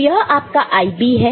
तो यह आपका IB है